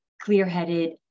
clear-headed